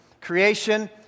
creation